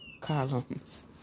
columns